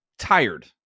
tired